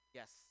yes